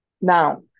Now